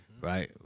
Right